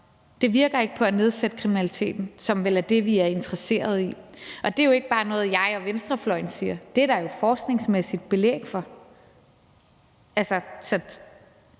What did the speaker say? Det virker ikke på det at nedsætte kriminaliteten, som vel er det, vi er interesserede i. Det er ikke bare noget, jeg og venstrefløjen siger, men det er der er jo et forskningsmæssigt belæg for.